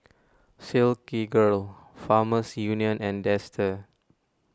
Silkygirl Farmers Union and Dester